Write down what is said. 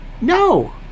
no